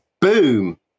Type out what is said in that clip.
Boom